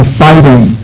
fighting